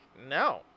no